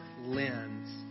lens